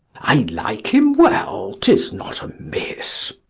i like him well tis not amiss.